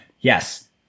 Yes